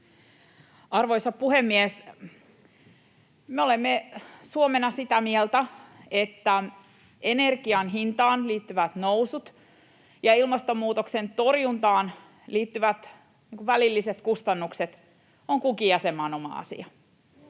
Arvoisa puhemies! Me olemme Suomena sitä mieltä, että energian hintaan liittyvät noussut ja ilmastonmuutoksen torjuntaan liittyvät välilliset kustannukset ovat kunkin jäsenmaan oma asia.